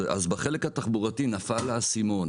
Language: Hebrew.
אז, בחלק התחבורתי נפל האסימון,